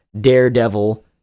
Daredevil